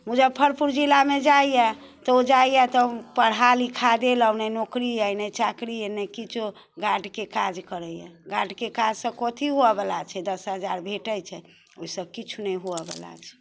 मुजफ्फरपुर जिलामे जाइए तऽ ओ जाइए तऽ पढ़ा लिखा देलहुँ ने नौकरी अइ ने चाकरी अइ ने किछो गाडके काज करैय गाडके काजसँ कथी हुअवला छै दस हजार भेटै छै ओइसँ किछु नहि हुअवला छै